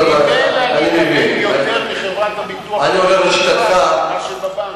ממילא אני אקבל יותר מחברת הביטוח, מאשר בבנק.